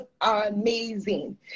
amazing